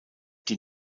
die